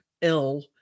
ill